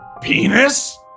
Penis